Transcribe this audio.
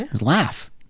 Laugh